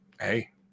hey